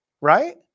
right